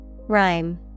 Rhyme